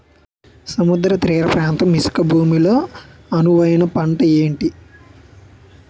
సముద్ర తీర ప్రాంత ఇసుక భూమి లో అనువైన పంట ఏది?